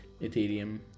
ethereum